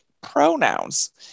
pronouns